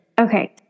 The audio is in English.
Okay